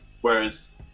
whereas